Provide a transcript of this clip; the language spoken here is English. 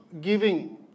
giving